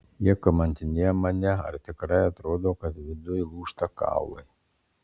jie kamantinėja mane ar tikrai atrodo kad viduj lūžta kaulai